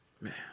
Man